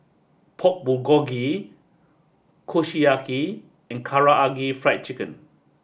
Pork Bulgogi Kushiyaki and Karaage Fried Chicken